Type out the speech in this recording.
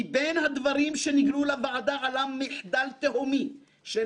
מבין הדברים שנגלו לוועדה עלה מחדל תהומי של